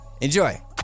Enjoy